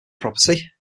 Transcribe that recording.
property